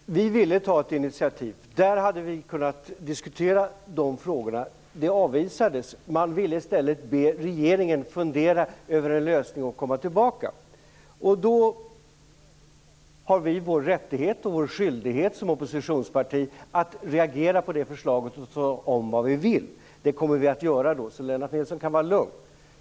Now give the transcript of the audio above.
Fru talman! Vi ville ta ett initiativ. Då hade vi kunnat diskutera de frågorna. Det avvisades. Man ville i stället be regeringen fundera över en lösning och komma tillbaka. Då är det vår rättighet och vår skyldighet att reagera på det förslaget och tala om vad vi vill. Det kommer vi att göra, så Lennart Nilsson kan vara lugn.